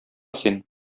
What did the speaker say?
син